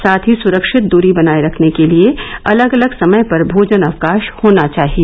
साथ ही सुरक्षित दूरी बनाए रखने के लिए अलग अलग समय पर भोजन अवकाश होना चाहिए